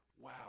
wow